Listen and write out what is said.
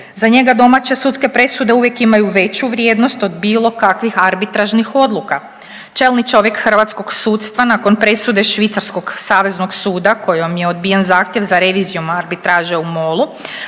Za njega domaće sudske presude uvijek imaju veću vrijednost od bilo kakvih arbitražnih odluka. Čelnik čovjek hrvatskog sudstva nakon presude Švicarskog saveznog suda kojom je odbijen zahtjev za revizijom arbitraže u MOL-u